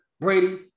Brady